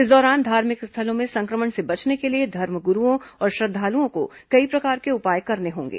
इस दौरान धार्मिक स्थलों में संक्रमण से बचने के लिए धर्मगुरूओं और श्रद्धालुओं को कई प्रकार के उपाय करने होंगे